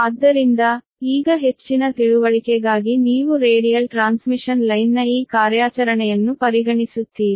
ಆದ್ದರಿಂದ ಈಗ ಹೆಚ್ಚಿನ ತಿಳುವಳಿಕೆಗಾಗಿ ನೀವು ರೇಡಿಯಲ್ ಟ್ರಾನ್ಸ್ಮಿಷನ್ ಲೈನ್ನ ಈ ಕಾರ್ಯಾಚರಣೆಯನ್ನು ಪರಿಗಣಿಸುತ್ತೀರಿ